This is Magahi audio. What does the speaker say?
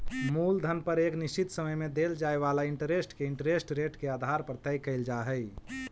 मूलधन पर एक निश्चित समय में देल जाए वाला इंटरेस्ट के इंटरेस्ट रेट के आधार पर तय कईल जा हई